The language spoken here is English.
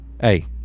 Hey